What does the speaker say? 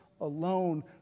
alone